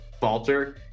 falter